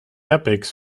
airbags